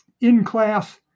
in-class